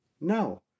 No